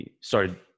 started